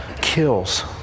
kills